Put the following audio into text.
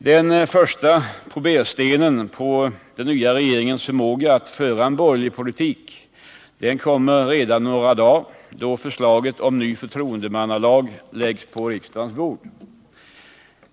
Den första proberstenen på den nya regeringens förmåga att föra en borgerlig politik kommer redan om några dagar då förslaget om en ny förtroendemannalag läggs på riksdagens bord.